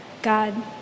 God